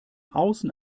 außen